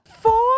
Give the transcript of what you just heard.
Four